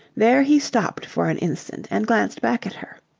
there he stopped for an instant and glanced back at her.